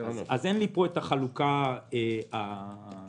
אין לי פה החלוקה הסופר-סקטוריאלית.